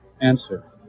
Answer